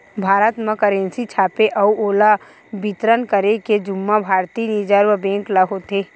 भारत म करेंसी छापे अउ ओला बितरन करे के जुम्मा भारतीय रिजर्व बेंक ल होथे